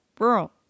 rural